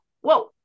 whoa